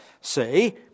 say